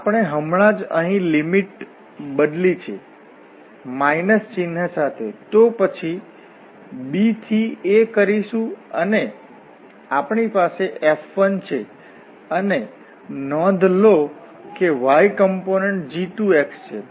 તેથી આપણે હમણાં જ અહીં લિમિટ બદલી છે માઈનસ ચિન્હ સાથે તો પછી b થી a કરીશું અને આપણી પાસે F1 છે અને નોંધ લો કે y કોમ્પોનન્ટ g2 છે